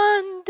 One